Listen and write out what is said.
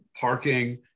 parking